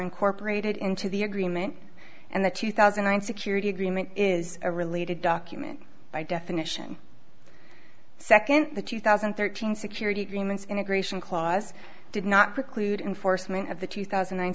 incorporated into the agreement and the two thousand and nine security agreement is a related document by definition second the two thousand and thirteen security agreements integration clause did not preclude enforcement of the two thousand